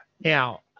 now